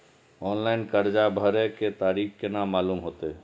Online कर्जा भरे के तारीख केना मालूम होते?